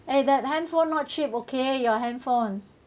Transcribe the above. eh that handphone not cheap okay your handphone